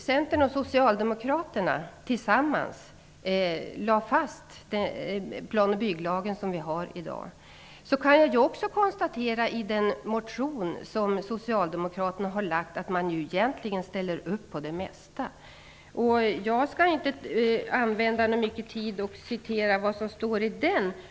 Centern och Socialdemokraterna lade tillsammans fast den plan och bygglag som gäller i dag. Men jag ser att Socialdemokraterna i den motion de har väckt egentligen ställer upp på det mesta. Jag skall inte använda mycket tid till att citera vad som står i motionen.